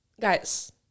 guys